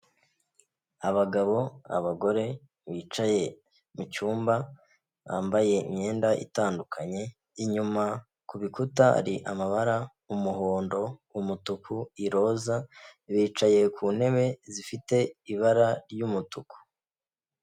Abagabo, abagore bicaye mu cyumba, bambaye imyenda itandukanye, inyuma ku bikuta hari amabara: umuhondo, umutuku, iroza, bicaye ku ntebe zifite ibara ry'umutuku.